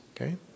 Okay